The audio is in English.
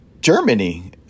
Germany